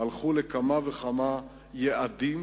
הלכו לכמה וכמה יעדים,